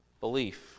belief